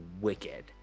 wicked